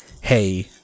hey